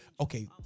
okay